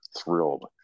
thrilled